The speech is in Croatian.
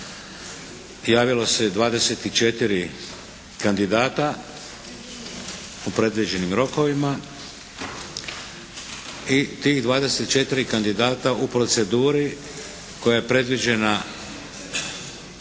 javilo se 24 kandidata u predviđenim rokovima i tih 24 kandidata u proceduri koja je predviđena Poslovnikom